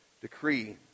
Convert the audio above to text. decree